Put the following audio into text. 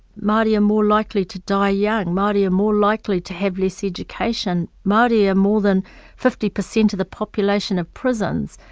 maori are more likely to die young. maori are more likely to have less education. maori are more than fifty percent of the population of prisons,